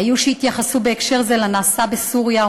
היו שהתייחסו בהקשר זה לנעשה בסוריה,